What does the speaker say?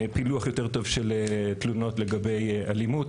פילוח יותר טוב של תלונות לגבי אלימות,